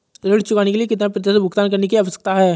ऋण चुकाने के लिए कितना प्रतिशत भुगतान करने की आवश्यकता है?